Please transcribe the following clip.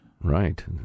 right